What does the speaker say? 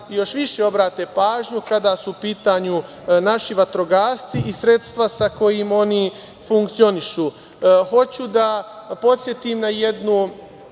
još više obrate pažnju kada su u pitanju naši vatrogasci i sredstva sa kojima oni funkcionišu. Hoću da podsetim na jednu